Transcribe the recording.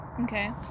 Okay